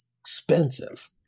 expensive